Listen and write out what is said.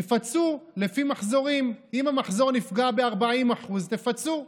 תפצו לפי מחזורים, אם המחזור נפגע ב-40%, תפצו.